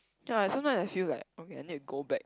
ya sometimes I feel like okay I need to go back